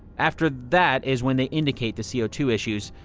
after that is when they indicate the c o two issues.